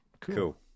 Cool